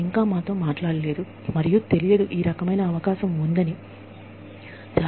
ఇంకా మాతో మాట్లాడలేదు మరియు ఈ రకమైన అవకాశం ఉందని తెలియదు